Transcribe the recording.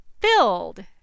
filled